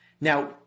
Now